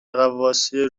غواصی